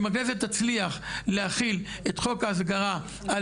אם הכנסת תצליח להחיל את חוק ההסגרה על